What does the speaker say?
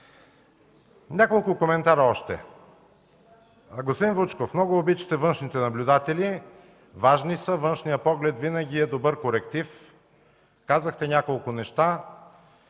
няколко коментара. Господин Вучков, много обичате външните наблюдатели – важни са, външният поглед винаги е добър коректив. Казахте няколко неща,